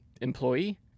employee